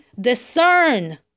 discern